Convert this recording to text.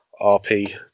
RP